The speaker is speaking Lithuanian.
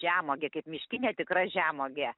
žemuogė kaip miškinė tikra žemuogė